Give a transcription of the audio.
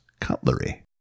cutlery